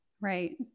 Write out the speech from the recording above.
Right